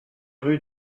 rue